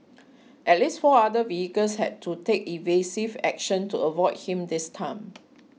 at least four other vehicles had to take evasive action to avoid him this time